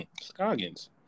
Scoggins